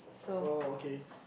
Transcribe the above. oh okay